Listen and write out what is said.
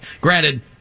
Granted